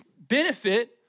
benefit